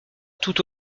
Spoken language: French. tout